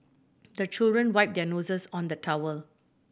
the children wipe their noses on the towel